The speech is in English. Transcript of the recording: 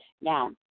Now